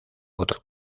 otro